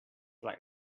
like